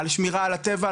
על השמירה על הטבע,